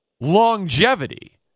longevity